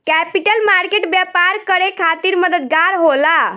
capital market व्यापार करे खातिर मददगार होला